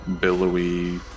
billowy